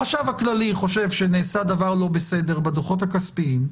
החשב הכללי חושב שנעשה דבר לא בסדר בדוחות הכספיים,